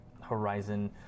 horizon